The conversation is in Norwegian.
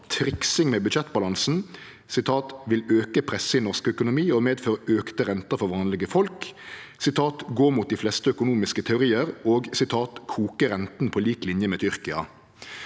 «trikse med budsjettbalansen», «vil øke presset i norsk økonomi og medføre økte renter for vanlige folk», «går altså imot de fleste økonomiske teoriene» og «koker renten – på lik linje med det